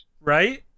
Right